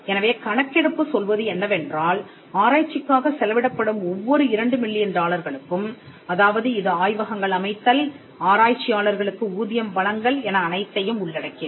எனவே கணக்கெடுப்பு சொல்வது என்னவென்றால் ஆராய்ச்சிக்காகச் செலவிடப்படும் ஒவ்வொரு இரண்டு மில்லியன் டாலர்களுக்கும் அதாவது இது ஆய்வகங்கள் அமைத்தல் ஆராய்ச்சியாளர்களுக்கு ஊதியம் வழங்கல் என அனைத்தையும் உள்ளடக்கியது